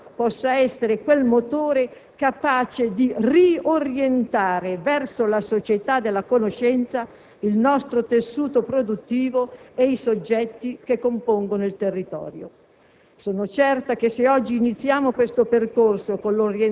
proprio perché sono convinta che oggi solo la scuola possa essere quel motore capace di riorientare verso la società della conoscenza il nostro tessuto produttivo e i soggetti che compongono il territorio.